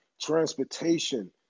transportation